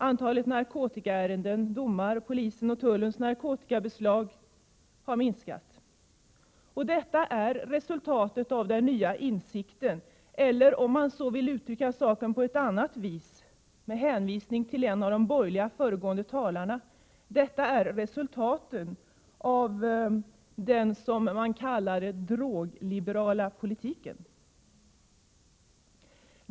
Antalet narkotikaärenden och domar, liksom polisens och tullens narkotikabeslag, har minskat. Detta är resultatet av den nya insikten. Eller, om man vill uttrycka saken på ett annat vis, med hänvisning till en av de föregående borgerliga talarna: detta är resultatet av det man kallar den drogliberala politiken.